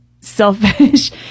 selfish